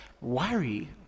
Worry